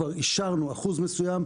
כבר אישרנו אחוז מסוים.